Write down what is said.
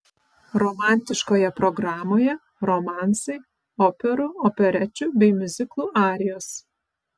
romantiškoje programoje romansai operų operečių bei miuziklų arijos